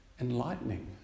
enlightening